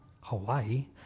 Hawaii